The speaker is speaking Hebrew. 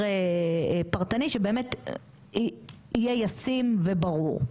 כהסדר פרטני, שבאמת יהיה ישים וברור.